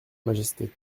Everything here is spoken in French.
majesté